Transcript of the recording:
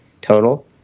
total